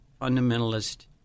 fundamentalist